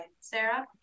Sarah